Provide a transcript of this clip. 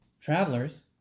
travelers